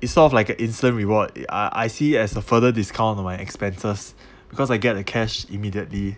it's sort of like a instant rewards I I see it as a further discount on my expenses because I get a cash immediately